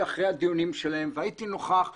אחרי הדיונים שלהם והייתי נוכח ושמעתי.